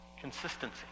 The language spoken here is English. consistency